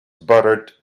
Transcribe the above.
buttered